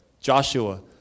Joshua